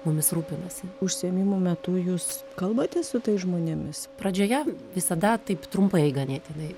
mumis rūpinasi užsiėmimų metu jūs kalbate su tais žmonėmis pradžioje visada taip trumpai ganėtinai